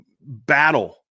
battle